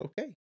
Okay